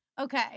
Okay